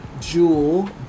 jewel